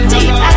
Deep